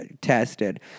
tested